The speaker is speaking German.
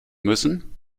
müssen